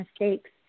mistakes